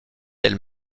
elle